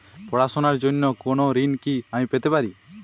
পড়াশোনা র জন্য কোনো ঋণ কি আমি পেতে পারি?